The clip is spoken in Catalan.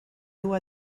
dur